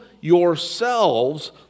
yourselves